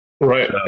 right